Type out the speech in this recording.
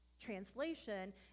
translation